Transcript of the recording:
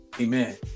amen